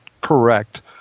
correct